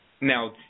Now